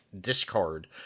discard